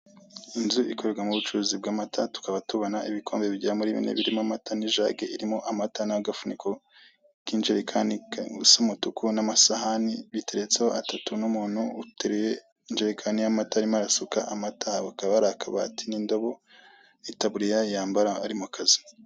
Inzu ikorerwamo ubucuruzi bw'amata, tukaba tubona ibikombe bigera muri bine birimo amata n'ijage irimo amata, n'agafuniko k'injerekani gasa umutuku, n'amasahani, biteretseho atatu n'umuntu uteruye injerekani y'amata arimo arasuka amata, hakaba hari akabati n'indobo, itaburiya yambara ari mu kazi.